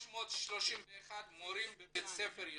331 מורים בבית ספר יסודי,